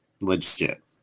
Legit